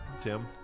Tim